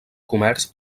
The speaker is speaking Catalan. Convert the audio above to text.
comerç